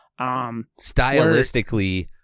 Stylistically